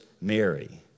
Mary